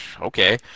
okay